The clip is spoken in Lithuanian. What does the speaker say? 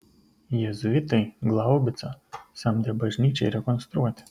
jėzuitai glaubicą samdė bažnyčiai rekonstruoti